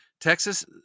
texas